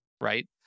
Right